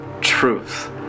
truth